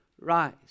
rise